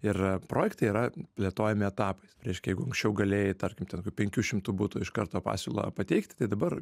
ir projektai yra plėtojami etapais reiškia jeigu anksčiau galėjai tarkim ten kokių penkių šimtų butų iš karto pasiūlą pateikti tai dabar